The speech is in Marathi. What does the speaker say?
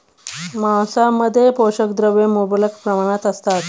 मांसामध्ये पोषक द्रव्ये मुबलक प्रमाणात असतात